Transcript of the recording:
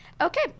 Okay